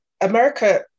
america